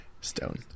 Stone